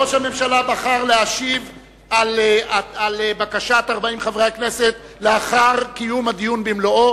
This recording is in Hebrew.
ראש הממשלה בחר להשיב על בקשת 40 חברי הכנסת לאחר קיום הדיון במלואו.